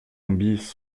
bis